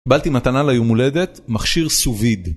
קיבלתי מתנה ליום הולדת מכשיר סוביד